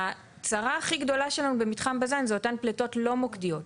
הצרה הכי גדולה שלנו במתחם בז"ן זה אותן פליטות לא מוקדיות,